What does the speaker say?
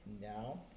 Now